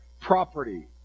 property